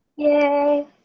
Yay